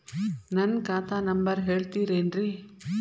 ನನ್ನ ಖಾತಾ ನಂಬರ್ ಹೇಳ್ತಿರೇನ್ರಿ?